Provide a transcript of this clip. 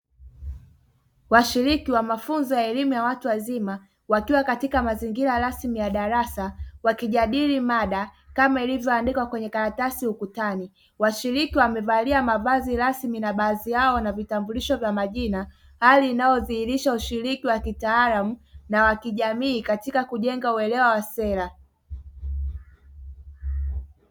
Washiriki wa mafunzo ya elimu ya watu wazima wakiwa katika mazingira rasmi ya darasa wakijadili mada kama ilivyoandikwa kwenye karatasi ukutani, washiriki wamevalia mavazi rasmi na baadhi yao wana vitambulisho vya majina hali inayodhihirisha ushiriki wa kitaalamu na wa kijamii katika kujenga uelewa wa sera.